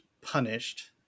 punished